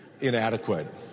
inadequate